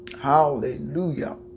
Hallelujah